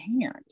hand